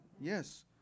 Yes